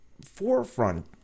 forefront